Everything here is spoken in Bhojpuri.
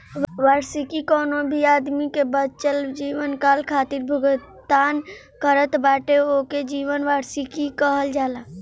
वार्षिकी कवनो भी आदमी के बचल जीवनकाल खातिर भुगतान करत बाटे ओके जीवन वार्षिकी कहल जाला